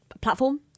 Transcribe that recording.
platform